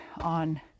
on